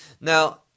Now